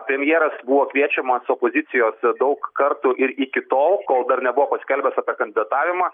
premjeras buvo kviečiamas opozicijos daug kartų ir iki tol kol dar nebuvo paskelbęs apie kandidatavimą